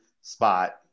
spot